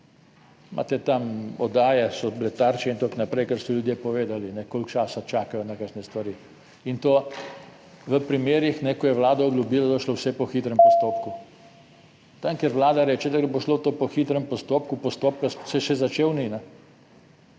Imate tam oddaje, so bile Tarče in tako naprej, ker so ljudje povedali, koliko časa čakajo na kakšne stvari. In to v primerih, ko je Vlada obljubila, da bo šlo vse po hitrem postopku. Tam, kjer vlada reče, da bo šlo to po hitrem postopku, postopka se je še začel ni.